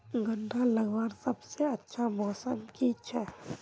गन्ना लगवार सबसे अच्छा मौसम की छे?